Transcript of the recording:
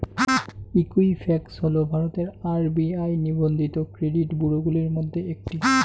Equifax হল ভারতের RBI নিবন্ধিত ক্রেডিট ব্যুরোগুলির মধ্যে একটি